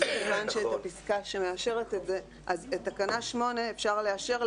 את תקנה 8 אפשר לאשר,